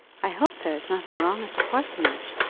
i hope there is nothing wrong at the parsonage,